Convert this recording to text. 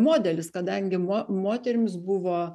modelis kadangi mo moterims buvo